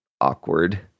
awkward